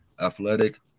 athletic